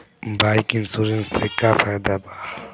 Bike insurance से का फायदा बा?